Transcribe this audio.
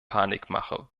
panikmache